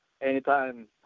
anytime